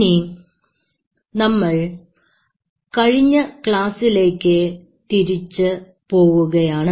ഇനി നമ്മൾ കഴിഞ്ഞ ക്ലാസിലേക്ക് തിരിച്ചു പോവുകയാണ്